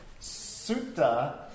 sutta